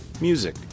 Music